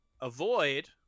avoid